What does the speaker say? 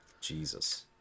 Jesus